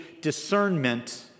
discernment